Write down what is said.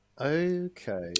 Okay